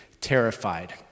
terrified